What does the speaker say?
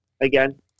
again